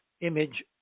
image